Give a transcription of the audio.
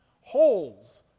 holes